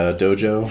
dojo